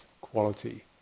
quality